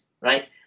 right